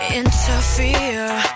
interfere